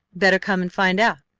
better come and find out,